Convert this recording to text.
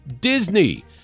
Disney